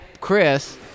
Chris